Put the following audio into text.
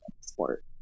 sport